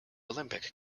olympic